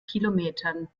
kilometern